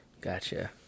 Gotcha